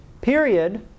Period